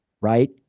Right